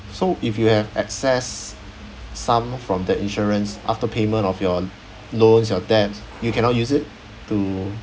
so if you have excess sum from the insurance after payment of your loans your debts you cannot use it to